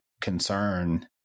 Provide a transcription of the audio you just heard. concern